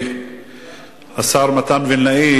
השר מתן וילנאי,